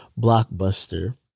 blockbuster